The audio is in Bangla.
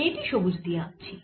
আমি এটি সবুজ দিয়ে আঁকছি